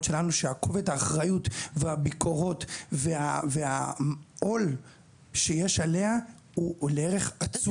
שלנו שכובד האחריות והביקורות והעול שיש עליה הוא לערך עצום.